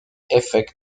effect